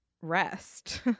rest